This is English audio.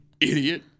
Idiot